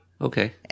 Okay